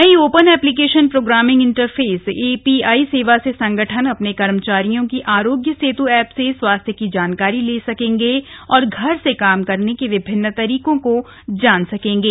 नई open application programming interface API सेवा से संगठन अपने कर्मचारियों की आरोग्य सेतु ऐप से स्वास्थ्य की जानकारी ले सकेंगे और घर से काम करने के विभिन्न तरीकों को जान सकेंगे